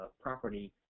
property